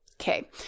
Okay